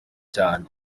cyane